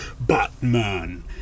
Batman